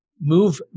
move